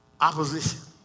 opposition